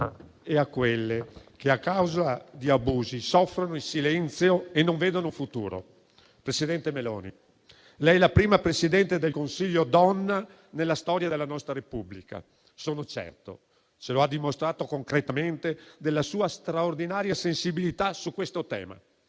e a quelle che a causa di abusi soffrono in silenzio e non vedono un futuro. *(L'Assemblea si leva in piedi). Presidente Meloni, lei è la prima Presidente del Consiglio donna nella storia della nostra Repubblica. Sono certo - ce lo ha dimostrato concretamente - della sua straordinaria sensibilità su questo tema.